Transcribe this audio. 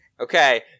Okay